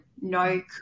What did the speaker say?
no